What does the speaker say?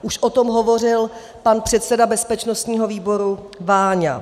Už o tom hovořil pan předseda bezpečnostního výboru Váňa.